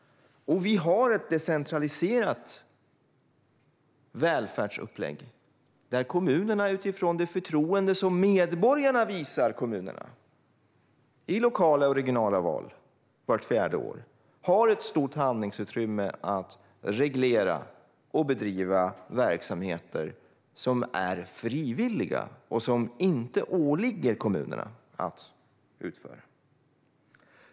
Vi har ett decentraliserat välfärdsupplägg, där kommunerna utifrån det förtroende som medborgarna visar kommunerna i lokala och regionala val vart fjärde år har ett stort handlingsutrymme att reglera och bedriva verksamheter som är frivilliga och som inte åligger kommunerna att utföra.